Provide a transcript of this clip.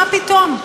מה פתאום?